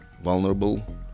vulnerable